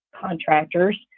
contractors